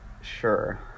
Sure